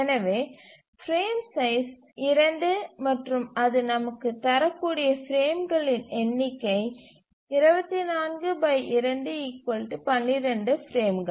எனவே frame size 2 மற்றும் அது நமக்கு தரக்கூடிய பிரேம்களின் எண்ணிக்கை 242 12 பிரேம்கள்